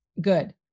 Good